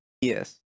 Yes